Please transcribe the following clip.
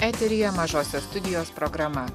eteryje mažosios studijos programa